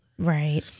Right